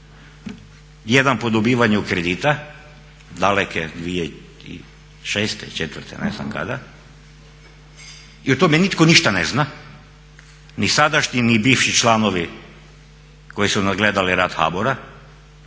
jedan po dobivanju kredita daleke 2006., 2004.ne znam kada, i o tome nitko ništa ne zna ni sadašnji ni bivši članovi koji su nadgledali rad HBOR-a,